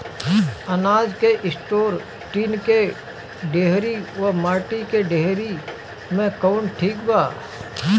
अनाज के store tin के डेहरी व माटी के डेहरी मे कवन ठीक बा?